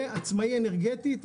ועצמאי אנרגטית.